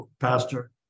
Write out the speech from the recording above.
pastor